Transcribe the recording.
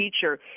teacher